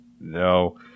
No